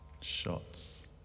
Shots